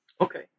Okay